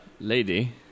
lady